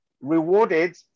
rewarded